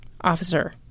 Officer